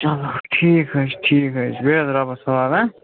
چلو ٹھیٖک حظ چھُ ٹھیٖک حظ چھُ بِہِو حظ رۄبس حوال